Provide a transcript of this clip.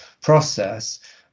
process